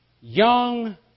young